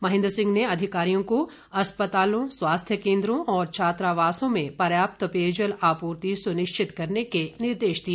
महेंद्र सिह ने अधिकारियों को अस्पतालों स्वास्थ्य केंद्रों और छात्रावासों में पर्याप्त पेयजल आपूर्ति सुनिश्चित करने के निर्देश दिए